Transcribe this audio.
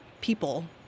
people